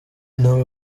nawe